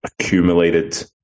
accumulated